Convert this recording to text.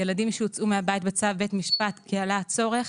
ילדים שהוצאו מהבית בצו בית משפט כי עלה הצורך,